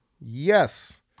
Yes